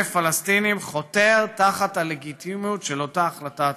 פלסטינים חותר תחת הלגיטימיות של אותה החלטה עצמה.